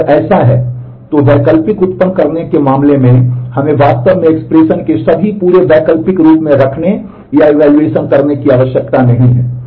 तो अगर ऐसा है तो वैकल्पिक उत्पन्न करने के मामले में हमें वास्तव में एक्सप्रेशन करने की आवश्यकता नहीं है